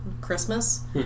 Christmas